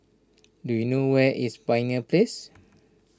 do you know where is Pioneer Place